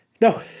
No